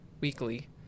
weekly